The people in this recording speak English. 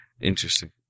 Interesting